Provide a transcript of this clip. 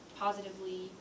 positively